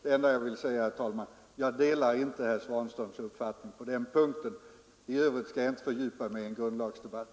Det enda jag vill säga, herr talman, är att jag delar inte herr Svanströms uppfattning på den punkten. I övrigt skall jag inte fördjupa mig i en grundlagsdebatt.